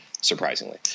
surprisingly